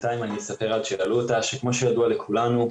כמו שידוע לכולנו,